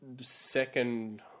second